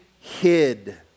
hid